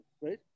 right